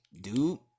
dude